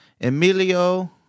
Emilio